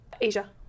Asia